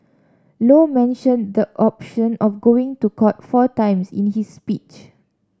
low mentioned the option of going to court four times in his speech